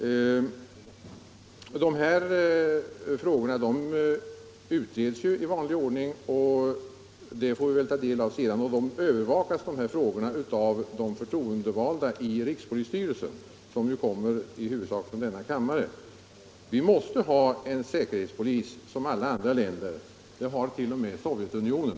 Dessa frågor utreds ju i vanlig ordning, och resultatet får vi väl ta del av sedan. Frågorna övervakas av de förtroendevalda i rikspolisstyrelsen som kommer i huvudsak från denna kammare. Vi måste ha en säkerhetspolis liksom alla andra länder. Det har t.o.m. Sovjetunionen.